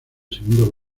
segundo